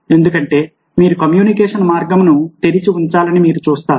ఎందుకంటే మీరు కమ్యూనికేషన్ మార్గమును తెరిచి ఉంచాలని మీరు చూస్తారు